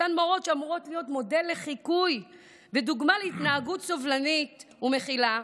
אותן מורות שאמורות להיות מודל לחיקוי ודוגמת להתנהגות סובלנית ומכילה,